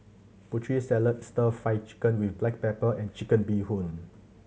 Putri Salad Stir Fry Chicken with black pepper and Chicken Bee Hoon